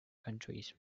countries